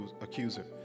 accuser